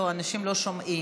לא, אנשים לא שומעים.